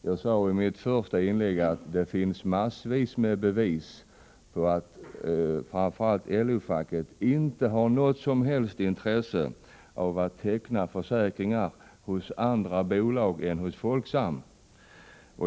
Jag sade i mitt första inlägg att det finns massvis med bevis för att framför allt LO-facket inte har något som helst intresse av att teckna försäkringar hos andra bolag än hos Folksam.